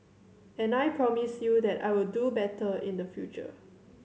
and I promise you that I will do better in the future